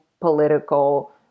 political